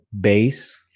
Base